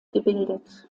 gebildet